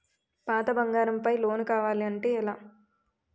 పాత బంగారం పై లోన్ కావాలి అంటే ఎలా?